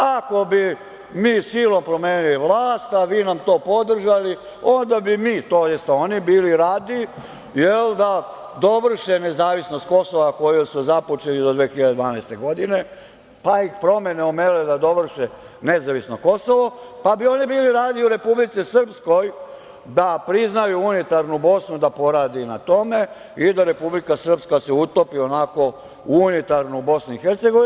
Ako bi mi silom promenili vlast, vi nam to podržali, onda bi mi, tj. oni, bili radi da dovrše nezavisnost Kosova koju su započeli do 2012. godine, pa ih promene omele da dovrše nezavisno Kosovo, pa bi oni bili radi u Republici Srpskoj da priznaju unitarnu Bosnu, da porade i na tome, i da se Republika Srpska utopi onako u unitarnu BiH.